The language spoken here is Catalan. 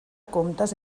comptes